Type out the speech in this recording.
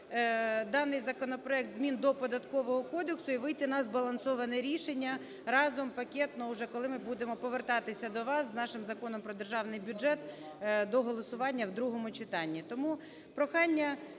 даний законопроект змін до Податкового кодексу і вийти на збалансоване рішення разом пакетно уже, коли ми будемо повертатися до вас з нашим Законом про Державний бюджет до голосування в другому читанні. Тому прохання